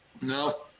No